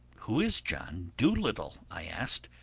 who is john dolittle? i asked.